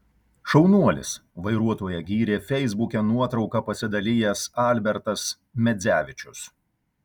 šaunuolis vairuotoją gyrė feisbuke nuotrauka pasidalijęs albertas medzevičius